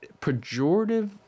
pejorative